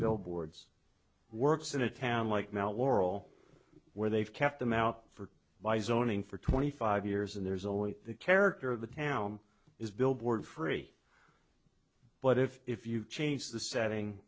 billboards works in a town like mel laurel where they've kept them out for by zoning for twenty five years and there's only the character of the town is billboard free but if you change the setting